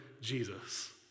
Jesus